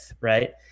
right